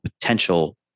potential